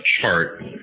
chart